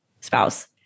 spouse